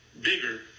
bigger